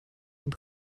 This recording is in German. und